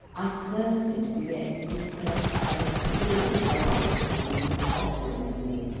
i thirsted for yet deeper and fuller draughts than he was offering to me.